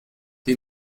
die